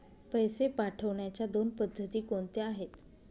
पैसे पाठवण्याच्या दोन पद्धती कोणत्या आहेत?